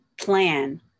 plan